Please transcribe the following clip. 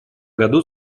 году